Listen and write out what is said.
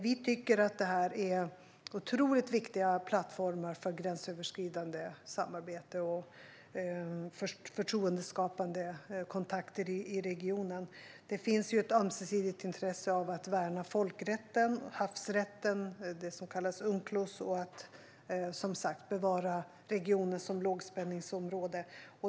Detta är otroligt viktiga plattformar för gränsöverskridande samarbete och förtroendeskapande kontakter i regionen. Det finns ett ömsesidigt intresse av att värna folkrätten och havsrätten, Unclos, och av att bevara regionen som lågspänningsområde.